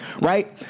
right